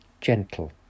gentle